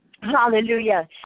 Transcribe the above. Hallelujah